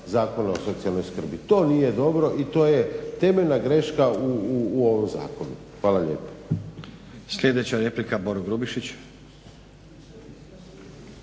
Zakona o socijalnoj skrbi. To nije dobro i to je temeljna greška u ovom zakonu. Hvala lijepa. **Stazić, Nenad (SDP)** Sljedeća replika, Boro Grubišić.